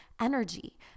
energy